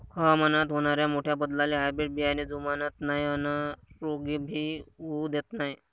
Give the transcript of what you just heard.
हवामानात होनाऱ्या मोठ्या बदलाले हायब्रीड बियाने जुमानत नाय अन रोग भी होऊ देत नाय